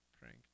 prank